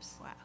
Wow